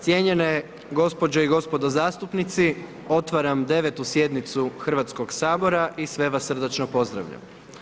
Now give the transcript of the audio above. Cijenjene gospođe i gospodo zastupnici, otvaram 9. sjednicu Hrvatskog sabora i sve vas srdačno pozdravljam.